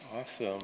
Awesome